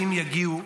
ואם יגיעו,